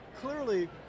clearly